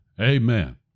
Amen